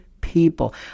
people